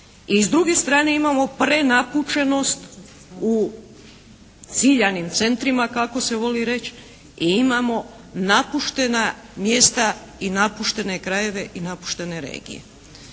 i s druge strane imamo prenapučenost u ciljanim centrima kako se voli reći i imamo napuštena mjesta i napuštene krajeve i napuštene regije.